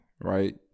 right